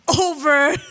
over